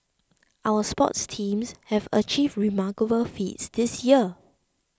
our sports teams have achieved remarkable feats this year